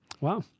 Wow